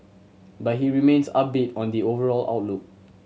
but he remains upbeat on the overall outlook